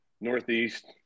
Northeast